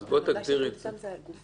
זה חל בהקשרים שהוא